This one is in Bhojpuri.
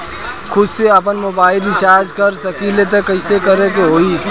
खुद से आपनमोबाइल रीचार्ज कर सकिले त कइसे करे के होई?